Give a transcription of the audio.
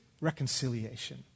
reconciliation